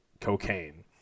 cocaine